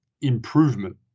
improvement